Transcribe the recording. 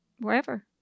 wherever